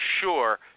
sure